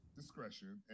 discretion